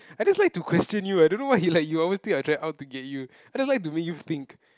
I just like to question you eh I don't know why you like you always think I trying out to get you I just like to make you think